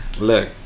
look